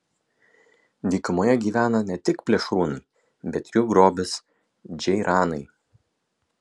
dykumoje gyvena ne tik plėšrūnai bet ir jų grobis džeiranai